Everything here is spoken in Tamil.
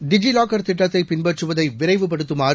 டிஜி லாக்கர் திட்டத்தை பின்பற்றுவதை விரைவுப்படுத்துமாறு